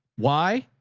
why?